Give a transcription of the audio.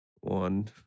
One